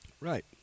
Right